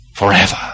Forever